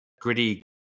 gritty